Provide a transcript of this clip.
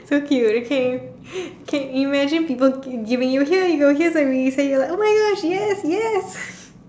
so cute okay can imagine people gi~ giving you here you go here's a Reese then you're like !oh-my-Gosh! yes yes